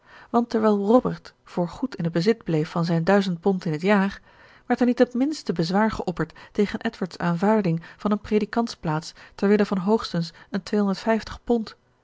want terwijl robert voor goed in t bezit bleef van zijne duizend pond in het jaar werd er niet het minste bezwaar geopperd tegen edward's aanvaarding van eene predikantsplaats terwille van hoogstens een tweehonderdvijftig pond